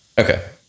Okay